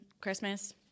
Christmas